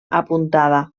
apuntada